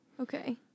Okay